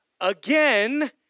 again